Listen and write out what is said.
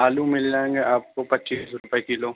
آلو مل جائیں گے آپ کو پچیس روپئے کلو